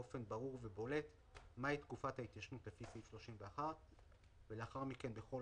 באופן ברור ובולט מהי תקופת ההתיישנות לפי סעיף 31 ולאחר מכן בכל